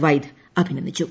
വൈദ് അഭിനന്ദിച്ചു